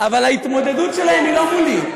אבל ההתמודדות שלהם היא לא מולי,